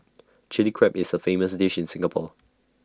Chilli Crab is A famous dish in Singapore